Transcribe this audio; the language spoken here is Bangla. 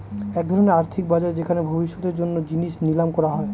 এক ধরনের আর্থিক বাজার যেখানে ভবিষ্যতের জন্য জিনিস নিলাম করা হয়